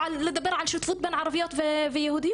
או לדבר על שותפות בין ערביות ויהודיות,